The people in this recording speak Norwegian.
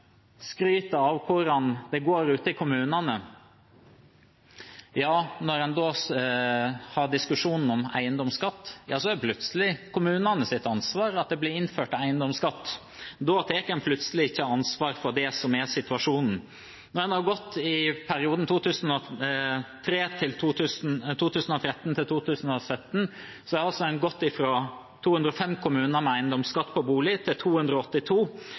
skryter av hvordan det går ute i kommunene, har en diskusjonen om eiendomsskatt, og da er det plutselig kommunenes ansvar at det blir innført eiendomsskatt. Da tar en plutselig ikke ansvar for det som er situasjonen – når en i perioden 2013–2017 har gått fra 205 til 282 kommuner med eiendomsskatt på bolig, og det totale innbetalte beløpet i eiendomsskatt har gått fra 3,7 mrd. kr til